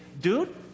Dude